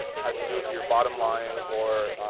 has to do with your bottom line or,